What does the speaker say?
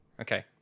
Okay